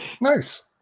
Nice